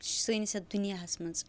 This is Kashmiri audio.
سٲنِس یَتھ دُنیاہَس منٛز